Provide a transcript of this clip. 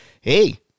Hey